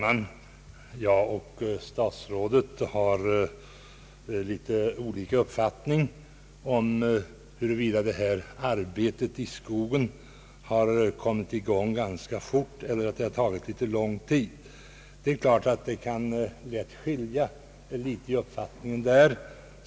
Herr talman! Statsrådet och jag har något olika uppfattning om huruvida arbetet i skogen kommit i gång relativt fort eller detta tagit litet lång tid. Man kan ha olika uppfattningar beträffande det.